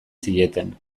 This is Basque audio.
zieten